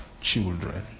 children